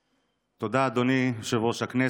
תודה, אדוני יושב ראש-הכנסת.